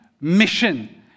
mission